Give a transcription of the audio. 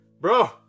bro